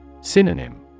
Synonym